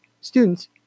students